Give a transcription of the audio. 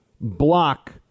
block